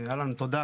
תודה.